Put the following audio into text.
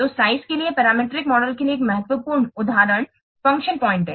तो साइज के लिए पैरामीट्रिक मॉडल के लिए एक महत्वपूर्ण उदाहरण फ़ंक्शन पॉइंट हैं